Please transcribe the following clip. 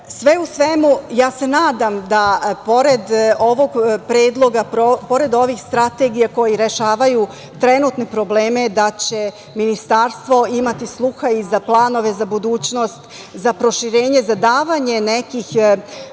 u svemu, ja se nadam da pored ovih strategija koji rešavaju trenutne probleme da će Ministarstvo imati sluha i za planove za budućnost, za proširenje, za davanje nekih,